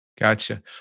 Gotcha